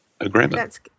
agreement